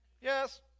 yes